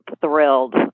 thrilled